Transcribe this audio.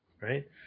right